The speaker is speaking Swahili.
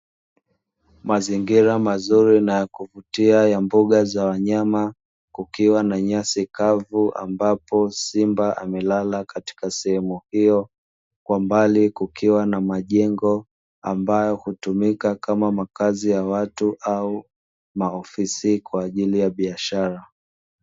Mazingira mazuri na ya kuvutia ya mbuga za wanyama, kukiwa na nyasi kavu ambapo simba amelala katika sehemu hiyo, kwa mbali kukiwa na majengo ambayo hutumika kama makazi ya watu au maofisi kwa ajili ya biashara.